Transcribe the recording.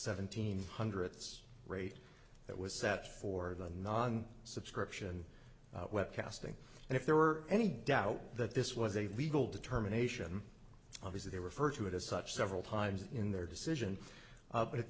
seventeen hundredths rate that was set for the non subscription webcasting and if there were any doubt that this was a legal determination obviously they refer to it as such several times in their decision